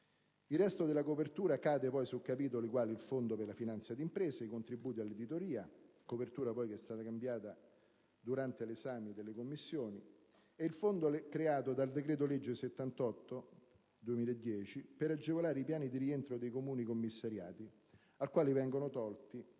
Il resto della copertura cade poi su capitoli quali il fondo per la finanza di impresa, i contributi all'editoria - copertura poi che è stata cambiata durante l'esame delle Commissioni - e il fondo creato dal decreto-legge n. 78 del 2010 per agevolare i piani di rientro dei Comuni commissariati, al quale vengono tolti